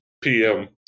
PM